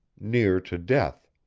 near to death